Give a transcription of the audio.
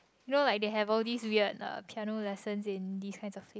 you know like they have all these weird uh piano lessons in these kinds of place